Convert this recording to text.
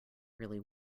really